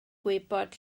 gwybod